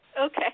Okay